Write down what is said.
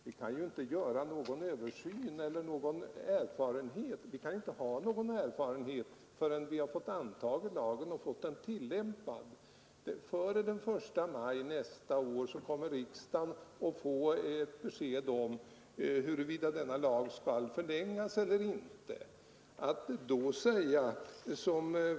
Vi kan ju inte ha någon erfarenhet förrän vi har antagit lagen och fått den tillämpad. Före den 1 maj nästa år kommer riksdagen att få ett besked om huruvida denna lag skall förlängas eller inte.